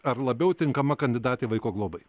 ar labiau tinkama kandidatė vaiko globai